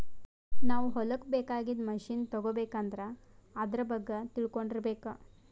ನಾವ್ ಹೊಲಕ್ಕ್ ಬೇಕಾಗಿದ್ದ್ ಮಷಿನ್ ತಗೋಬೇಕ್ ಅಂದ್ರ ಆದ್ರ ಬಗ್ಗೆ ತಿಳ್ಕೊಂಡಿರ್ಬೇಕ್